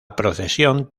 procesión